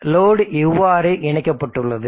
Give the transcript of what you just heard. எனவே லோடு இவ்வாறு இணைக்கப்பட்டுள்ளது